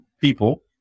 people